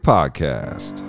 Podcast